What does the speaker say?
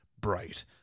bright